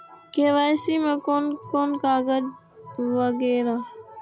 KYC में कोन कोन कागज वगैरा?